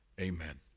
Amen